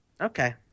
Okay